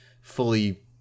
fully